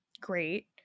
great